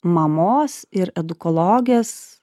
mamos ir edukologės